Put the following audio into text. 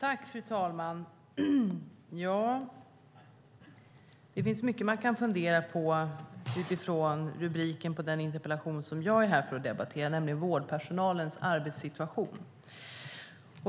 Fru talman! Det finns mycket man kan fundera på utifrån rubriken på den interpellation som jag är här för att debattera, nämligen den om vårdpersonalens arbetssituation.